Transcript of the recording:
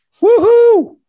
Woohoo